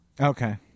Okay